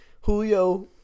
Julio